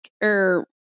or-